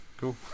Cool